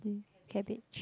mm cabbage